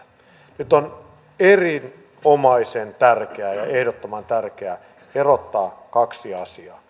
nyt on erinomaisen tärkeää ja ehdottoman tärkeää erottaa kaksi asiaa